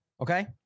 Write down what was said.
Okay